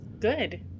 Good